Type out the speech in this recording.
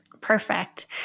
Perfect